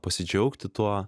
pasidžiaugti tuo